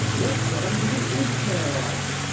let's sell him to the ishmeelites.